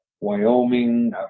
Wyoming